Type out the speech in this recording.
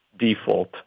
default